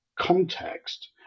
context